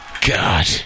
god